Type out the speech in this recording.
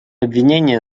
обвинения